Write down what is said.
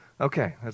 Okay